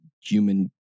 human